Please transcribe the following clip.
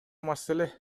маселе